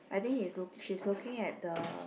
I think he's look she's looking at the